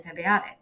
antibiotic